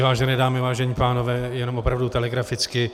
Vážené dámy, vážení pánové, jenom opravdu telegraficky.